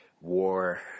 War